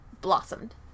blossomed